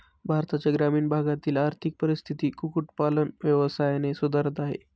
भारताच्या ग्रामीण भागातील आर्थिक परिस्थिती कुक्कुट पालन व्यवसायाने सुधारत आहे